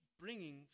bringing